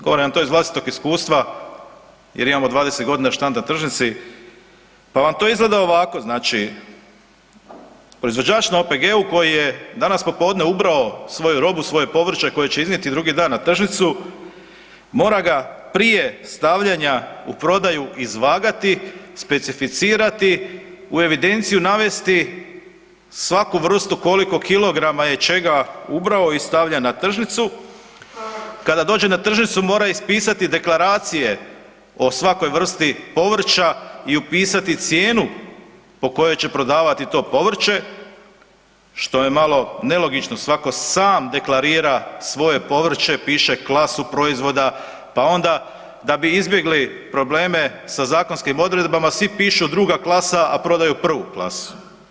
Govorim vam to iz vlastitog iskustva jer imamo 20 godina štand na tržnici pa vam to izgleda ovako, znači proizvođač na OPG-u koji je danas popodne ubrao svoju robu, svoje povrće koje će iznijeti drugi dan na tržnicu, mora ga prije stavljanja u prodaju izvagati, specificirati, u evidenciju navesti svaku vrstu koliko kilograma je čega ubrao i stavlja na tržnicu, kada dođe na tržnicu, mora ispisati deklaracije o svakoj vrsti povrća i upisati cijenu po kojoj će prodavati to povrće, što je malo nelogično, svako sam deklarira svoje povrće, piše klasu proizvoda, pa onda, da bi izbjegli probleme sa zakonskim odredbama, svi pišu druga klasa, a prodaju prvi klasu.